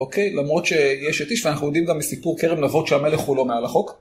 אוקיי, למרות שהיא אשת איש, ואנחנו יודעים גם מסיפור כרם נבות שהמלך הוא לא מעל החוק.